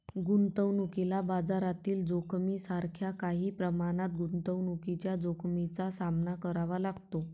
गुंतवणुकीला बाजारातील जोखमीसारख्या काही प्रमाणात गुंतवणुकीच्या जोखमीचा सामना करावा लागतो